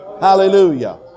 Hallelujah